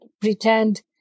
pretend